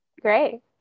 great